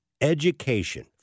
education